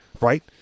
right